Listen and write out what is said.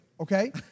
okay